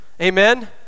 Amen